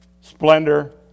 splendor